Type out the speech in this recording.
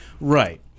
Right